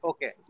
Okay